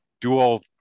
dual